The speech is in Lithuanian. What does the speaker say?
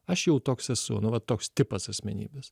aš jau toks esu nu va toks tipas asmenybės